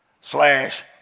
slash